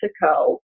Mexico